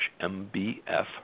MBF